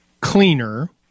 cleaner